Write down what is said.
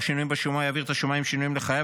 שינויים בשומה הוא יעביר את השומה עם השינויים לחייב,